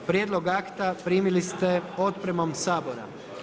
Prijedlog akta primili ste otpremom Sabora.